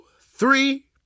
three